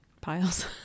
piles